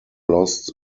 lost